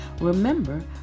Remember